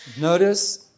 Notice